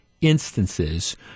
Instances